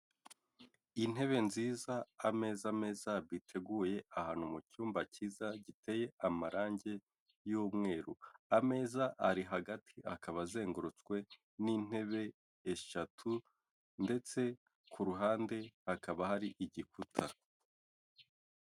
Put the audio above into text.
Intebe nziza ameza meza ateguye ahantu mu cyumba kiza giteye amarangi y'umweru. Ameza ari hagati akaba azengurutswe n'intebe eshatu ndetse ku ruhande hakaba hari igikuta.